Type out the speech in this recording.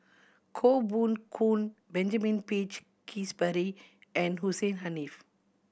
Koh Poh Koon Benjamin Peach Keasberry and Hussein Haniff